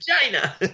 China